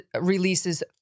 releases